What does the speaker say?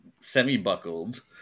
semi-buckled